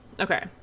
Okay